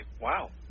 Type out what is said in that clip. wow